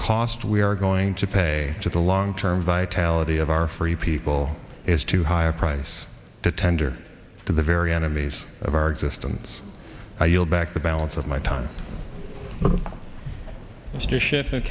cost we are going to pay to the long term vitality of our free people is too high a price to tender to the very enemies of our existence i yield back the balance of my time just shift